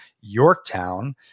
yorktown